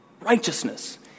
righteousness